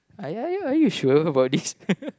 uh ya ya are you sure about this